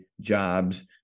jobs